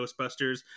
Ghostbusters